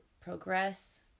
progress